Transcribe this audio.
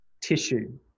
tissue